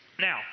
Now